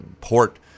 port